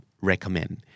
recommend